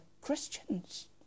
Christians